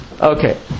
Okay